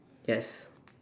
yes